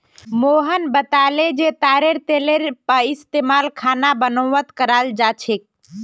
मोहन बताले जे तारेर तेलेर पइस्तमाल खाना बनव्वात कराल जा छेक